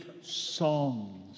songs